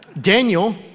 Daniel